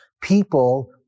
people